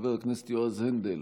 חבר הכנסת יועז הנדל,